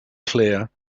clear